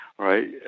Right